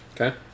Okay